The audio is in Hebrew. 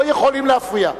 לא יכולים להפריע.